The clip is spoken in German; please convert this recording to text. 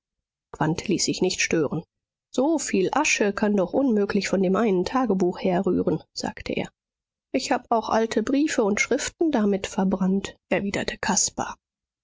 ließ sich nicht stören so viel asche kann doch unmöglich von dem einen tagebuch herrühren sagte er ich hab auch alte briefe und schriften damit verbrannt erwiderte caspar